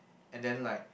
and then like